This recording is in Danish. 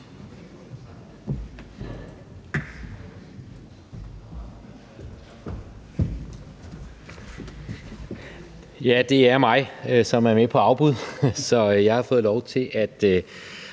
Ja det er mig – som er med på afbud. Så jeg har fået lov til